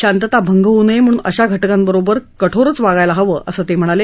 शांतता भंग होऊ नये म्हणून अशा घटकांबरोबर कठोर वागायला हवं असं ते म्हणाले